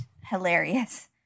hilarious